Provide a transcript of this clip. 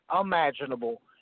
imaginable